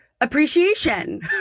appreciation